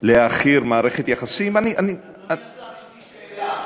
להעכיר מערכת יחסים, אדוני השר, יש לי שאלה.